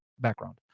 background